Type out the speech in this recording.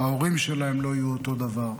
ההורים שלהם לא יהיו אותו הדבר,